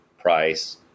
price